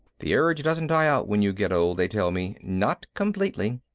the urge doesn't die out when you get old, they tell me. not completely.